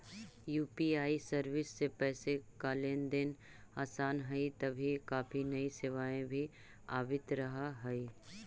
UPI service से पैसे का लेन देन आसान हई तभी काफी नई सेवाएं भी आवित रहा हई